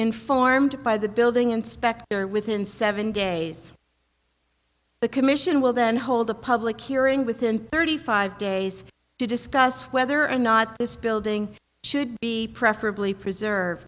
informed by the building inspector within seven days the commission will then hold a public hearing within thirty five days to discuss whether or not this building should be preferably preserve